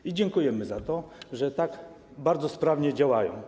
I dziękujemy za to, że tak bardzo sprawnie działają.